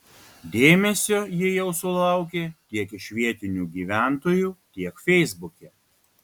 dėmesio ji jau sulaukė tiek iš vietinių gyventojų tiek feisbuke